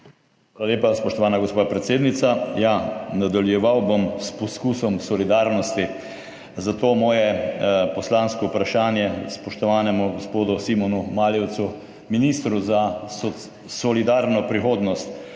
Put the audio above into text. lepa, spoštovana gospa predsednica. Nadaljeval bom s poskusom solidarnosti, zato moje poslansko vprašanje spoštovanemu gospodu Simonu Maljevcu, ministru za solidarno prihodnost.